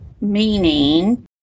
meaning